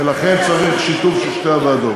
ולכן צריך שיתוף של שתי הוועדות.